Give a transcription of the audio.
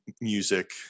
music